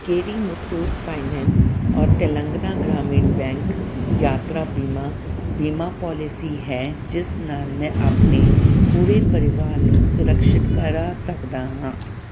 ਕਿਹੜੀ ਮੁਥੂਟ ਫਾਈਨੈਂਸ ਔਰ ਤੇਲੰਗਨਾ ਗ੍ਰਾਮੀਣ ਬੈਂਕ ਯਾਤਰਾ ਬੀਮਾ ਬੀਮਾ ਪਾਲਿਸੀ ਹੈ ਜਿਸ ਨਾਲ ਮੈਂ ਆਪਣੇ ਪੂਰੇ ਪਰਿਵਾਰ ਨੂੰ ਸੁਰਕਸ਼ਿਤ ਕਰਾ ਸਕਦਾ ਹਾਂ